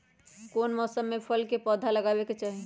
कौन मौसम में फल के पौधा लगाबे के चाहि?